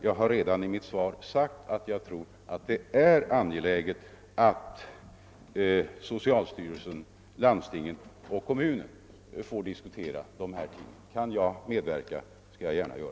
Jag har redan tidigare sagt att det är angeläget att socialstyrelsen, landstinget och kommunen får diskutera saken, och kan jag bidra därtill skall jag göra det.